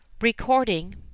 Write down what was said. Recording